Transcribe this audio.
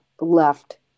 left